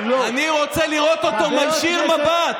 שטחי ארץ ישראל,